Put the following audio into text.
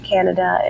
Canada